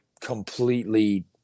completely